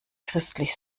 christlich